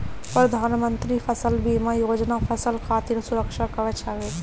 प्रधानमंत्री फसल बीमा योजना फसल खातिर सुरक्षा कवच हवे